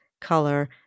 color